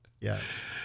Yes